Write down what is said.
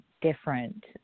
different